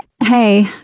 Hey